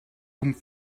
pump